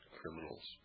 criminals